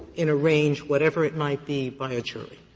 in a range, whatever it might be, by a jury?